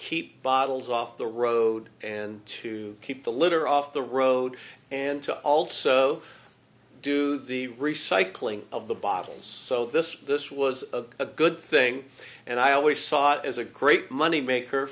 keep bottles off the road and to keep the litter off the road and to also do the recycling of the bottles so this this was a good thing and i always saw it as a great money maker